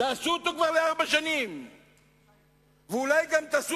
תן לי, אל תעזור